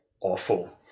awful